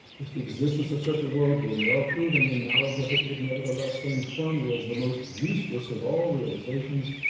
if the existence of such a world were well-proven, then knowledge of it would nevertheless stand firmly as the most useless of all realizations,